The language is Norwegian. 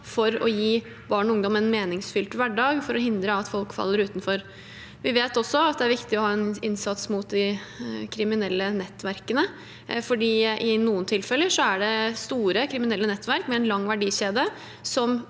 for å gi barn og ungdom en meningsfylt hverdag og hindre at folk faller utenfor. Vi vet også at det er viktig å ha en innsats mot de kriminelle nettverkene, for i noen tilfeller er det store kriminelle nettverk med en lang verdikjede